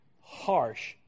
harsh